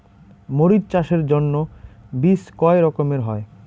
মরিচ চাষের জন্য বীজ কয় রকমের হয়?